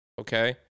okay